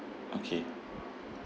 okay